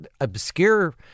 obscure